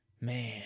Man